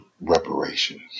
reparations